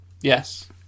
yes